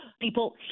people